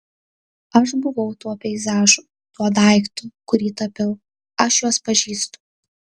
aš buvau tuo peizažu tuo daiktu kurį tapiau aš juos pažįstu